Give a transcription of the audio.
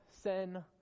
sin